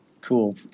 cool